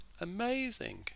Amazing